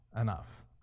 enough